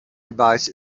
advice